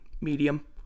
medium